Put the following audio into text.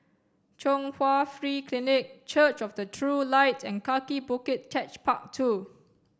Chung Hwa Free Clinic Church of the True Light and Kaki Bukit Techpark Two